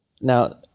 Now